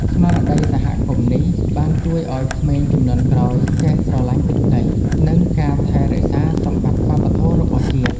ស្មារតីសហគមន៍នេះ បានជួយឱ្យក្មេងជំនាន់ក្រោយចេះស្រឡាញ់ទឹកដី និងការថែរក្សាសម្បត្តិវប្បធម៌របស់ជាតិ។